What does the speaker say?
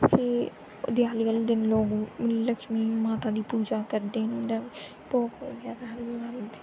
फ्ही देआली आह्ले दिन लोग लक्ष्मी माता दी पूजा करदे मतलब भोग बगैरा लांदे न